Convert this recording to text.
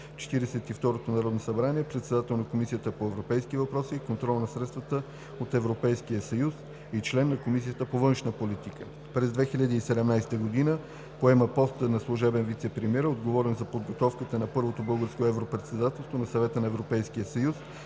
второто народно събрание е председател на Комисията по европейски въпроси и контрол на средствата от Европейския съюз и член на Комисията по външна политика. През 2017 г. поема поста на служебен вицепремиер, отговорен за подготовката на първото Българско европредседателство на Съвета на Европейския съюз,